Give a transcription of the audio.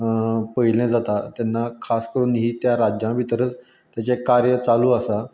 पयलें जाता तेन्ना खास करून ही त्या राज्या भितरूच तिजें कार्य चालू आसा